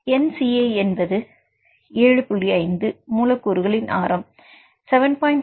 Nci என்பது 75 மூலக்கூறுகளின் ஆரம் 7